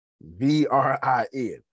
V-R-I-N